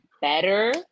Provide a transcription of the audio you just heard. better